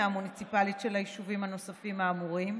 המוניציפלית של היישובים הנוספים האמורים,